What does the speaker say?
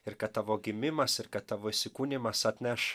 ir kad tavo gimimas ir kad tavo įsikūnijimas atneš